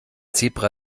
zebra